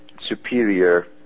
superior